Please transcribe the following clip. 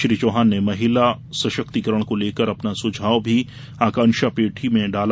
श्री चौहान ने महिला संशक्तिकरण को लेकर अपना सुझाव भी आकांक्षा पेटी में डाला